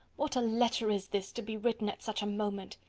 what a letter is this, to be written at such a moment!